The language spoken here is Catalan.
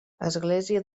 església